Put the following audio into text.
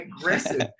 aggressive